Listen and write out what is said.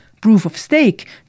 Proof-of-stake